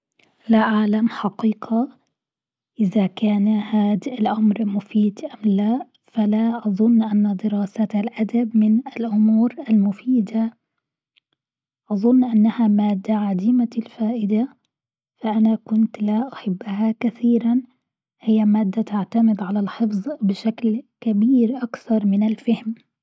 لا أعلم حقيقة إذا كان هاذ الأمر مفيد أم لا، فلا أظن إن دراسة الأدب من الأمور المفيدة، أظن أنها مادة عديمة الفائدة فأنا كنت لا أحبها كثيرا هي مادة تعتمد على الحفظ بشكل كبير أكثر من الفهم.